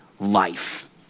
life